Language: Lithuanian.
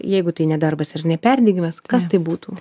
jeigu tai ne darbas ir ne perdegimas kas tai būtų